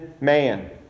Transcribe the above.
man